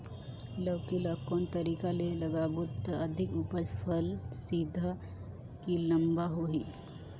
लौकी ल कौन तरीका ले लगाबो त अधिक उपज फल सीधा की लम्बा होही?